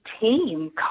team